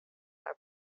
are